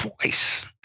twice